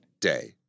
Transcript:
day